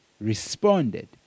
responded